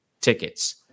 tickets